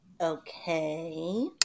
Okay